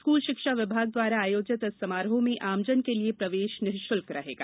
school शिक्षा विभाग द्वारा आयोजित इस समारोह में आमजन के लिये प्रवेश निःशुल्क रहेगा